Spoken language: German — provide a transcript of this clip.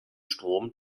strom